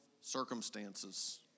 circumstances